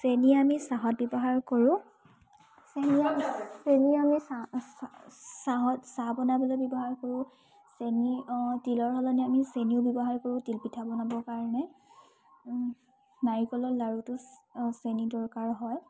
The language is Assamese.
চেনি আমি চাহত ব্যৱহাৰ কৰোঁ চেন চেনি আমি চাহ চাহত চাহ বনাবলৈ ব্যৱহাৰ কৰোঁ চেনি তিলৰ সলনি আমি চেনিও ব্যৱহাৰ কৰোঁ তিলপিঠা বনাবৰ কাৰণে নাৰিকলৰ লাৰুটো চেনি দৰকাৰ হয়